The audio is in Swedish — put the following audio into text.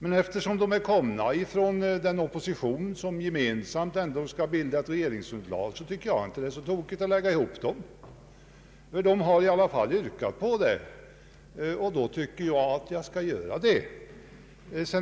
angivna i olika reservationer, men eftersom de härrör från partier som gemensamt vill bilda ett regeringsunderlag tycker jag inte att det är så tokigt att lägga ihop dem. Reservanterna har dock yrkat på att beloppen skall tas bort, och då har jag ansett det vara riktigt att göra en summering.